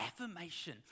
affirmation